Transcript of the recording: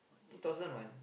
two thousand one